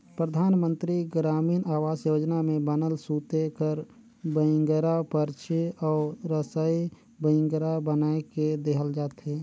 परधानमंतरी गरामीन आवास योजना में बनल सूते कर बइंगरा, परछी अउ रसई बइंगरा बनाए के देहल जाथे